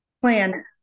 plan